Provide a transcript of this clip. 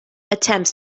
attempts